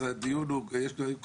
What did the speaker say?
נגיד האחראי על